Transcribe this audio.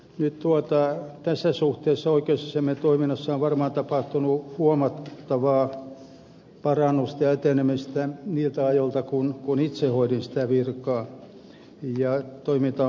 nyt tässä suhteessa oikeusasiamiehen toiminnassa on varmaan tapahtunut huomattavaa parannusta ja etenemistä niiltä ajoilta kun itse hoidin sitä virkaa ja toiminta on modernisoitunut